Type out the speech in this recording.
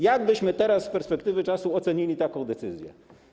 Jak byśmy teraz z perspektywy czasu ocenili taką decyzję?